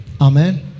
Amen